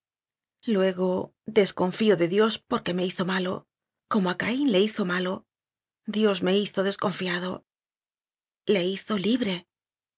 luego desconfío de dios porque me hizo malo como a caín le hizo malo dios me hizo desconfiado le hizo libre